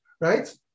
right